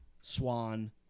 Swan